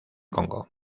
congo